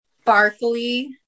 sparkly